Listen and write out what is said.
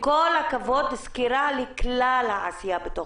צריכה סקירה לכלל העשייה במשרד.